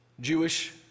Jewish